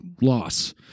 loss